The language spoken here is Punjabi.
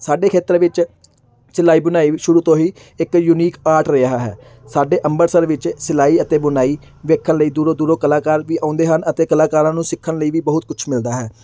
ਸਾਡੇ ਖੇਤਰ ਵਿੱਚ ਸਿਲਾਈ ਬੁਣਾਈ ਸ਼ੁਰੂ ਤੋਂ ਹੀ ਇੱਕ ਯੂਨੀਕ ਆਰਟ ਰਿਹਾ ਹੈ ਸਾਡੇ ਅੰਮ੍ਰਿਤਸਰ ਵਿੱਚ ਸਿਲਾਈ ਅਤੇ ਬੁਣਾਈ ਵੇਖਣ ਲਈ ਦੂਰੋਂ ਦੂਰੋਂ ਕਲਾਕਾਰ ਵੀ ਆਉਂਦੇ ਹਨ ਅਤੇ ਕਲਾਕਾਰਾਂ ਨੂੰ ਸਿੱਖਣ ਲਈ ਵੀ ਬਹੁਤ ਕੁਛ ਮਿਲਦਾ ਹੈ